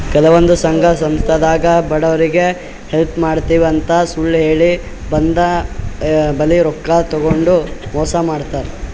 ಕೆಲವಂದ್ ಸಂಘ ಸಂಸ್ಥಾದಾಗ್ ಬಡವ್ರಿಗ್ ಹೆಲ್ಪ್ ಮಾಡ್ತಿವ್ ಅಂತ್ ಸುಳ್ಳ್ ಹೇಳಿ ಮಂದಿ ಬಲ್ಲಿ ರೊಕ್ಕಾ ತಗೊಂಡ್ ಮೋಸ್ ಮಾಡ್ತರ್